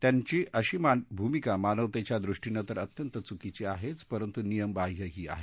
त्यांची अशी भूमिका मानवतेच्या दृष्टीनं तर अत्यंत चुकीची आहेच परंतु नियमबाह्यही आहे